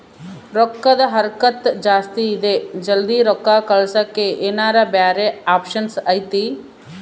ರೊಕ್ಕದ ಹರಕತ್ತ ಜಾಸ್ತಿ ಇದೆ ಜಲ್ದಿ ರೊಕ್ಕ ಕಳಸಕ್ಕೆ ಏನಾರ ಬ್ಯಾರೆ ಆಪ್ಷನ್ ಐತಿ?